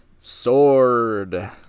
sword